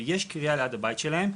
ויש קריאה ליד הבית שלהם,